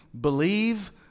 Believe